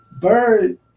Bird